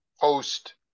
post